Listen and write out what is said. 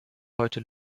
heute